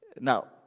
Now